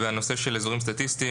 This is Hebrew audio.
והנושא של אזורים סטטיסטיים,